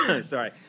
Sorry